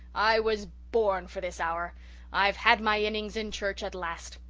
i was born for this hour i've had my innings in church at last.